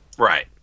Right